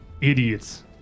Idiots